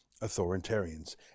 authoritarians